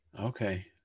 Okay